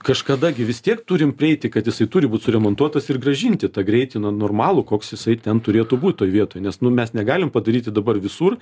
kažkada vis tiek turim prieiti kad jisai turi būt suremontuotas ir grąžinti tą greitį no normalų koks jisai ten turėtų būt toj vietoj nes nu mes negalim padaryti dabar visur